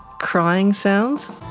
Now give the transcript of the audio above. crying sounds,